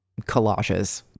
collages